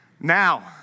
now